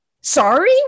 sorry